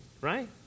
right